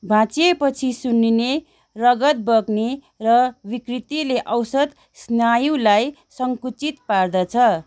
भाँच्चिए पछि सुन्निने रगत बग्ने र विकृतिले औसत स्नायुलाई सङ्कुचित पार्दछ